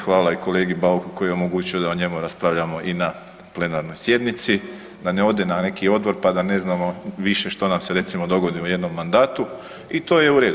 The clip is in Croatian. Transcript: Hvala i kolegi Bauku koji je omogućio da o njemu raspravljamo i na plenarnoj sjednici, da ne ode na neki odbor pa da ne znamo više što nam se recimo dogodi u jednom mandatu i to je u redu.